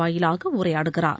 வாயிலாக உரையாடுகிறார்